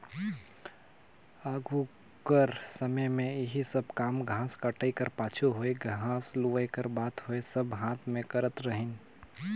आघु कर समे में एही सब काम घांस कटई कर पाछू होए घांस लुवई कर बात होए सब हांथे में करत रहिन